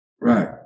Right